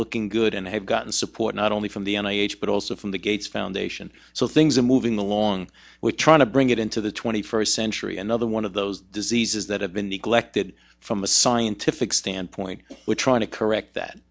looking good and have gotten support not only from the n h but also from the gates foundation so things are moving along with trying to bring it into the twenty first century another one of those diseases that have been neglected from a scientific standpoint we're trying to correct that